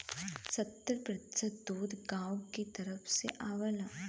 सत्तर प्रतिसत दूध गांव के तरफ से आवला